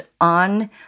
on